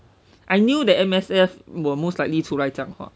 I knew the M_S_F would most likely 出来讲话